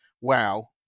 wow